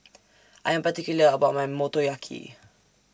I Am particular about My Motoyaki